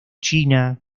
china